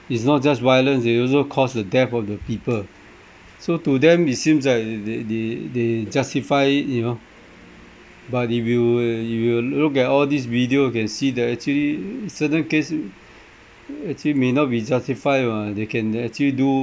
it's not just violence they also caused the death of the people so to them it seems like they they they justify you know but if you if you look at all these video you can see there're actually certain case actually may not be justified mah they can actually do